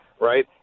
right